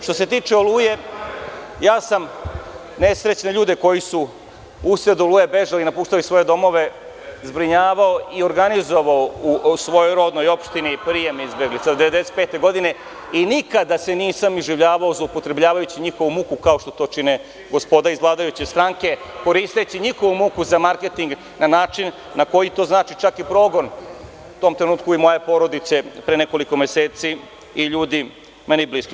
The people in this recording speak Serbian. Što se tiče„Oluje“, ja sam nesrećne ljudi koji su usred„Oluje“ bežali, napuštali svoje domove, zbrinjavao i organizovao u svojoj rodnoj opštini, prijem izbeglica, 1995. godine i nikada se nisam iživljavao zloupotrebljavajući njihovu muku kao što to čine gospoda iz vladajuće stranke, koristeći njihovu muku za marketing na način na koji to znači čak i progon, u tom trenutku i moje porodice pre nekoliko meseci i ljudi meni bliski.